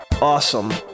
awesome